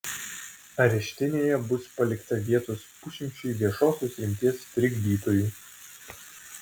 areštinėje bus palikta vietos pusšimčiui viešosios rimties trikdytojų